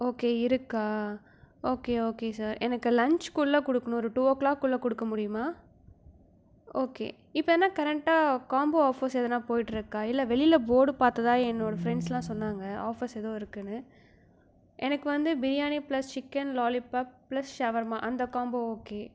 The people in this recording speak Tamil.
ஓகே இருக்கா ஓகே ஓகே சார் எனக்கு லஞ்ச் குள்ளே கொடுக்கணும் ஒரு டூ ஓ கிளாக் குள்ளே கொடுக்க முடியுமா ஓகே இப்போ என்ன கரண்ட்டாக காம்போ ஆஃப்பர்ஸ் எதுனால் போய்கிட்டு இருக்கா இல்லை வெளியில் போர்டு பார்த்ததா என்னோடய ஃப்ரண்ட்ஸ்ஸெல்லாம் சொன்னாங்க ஆஃப்பர்ஸ் ஏதோ இருக்குதுனு எனக்கு வந்து biryani plus chicken lollipop plus shawarma அந்த காம்போ ஓகே